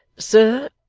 sir,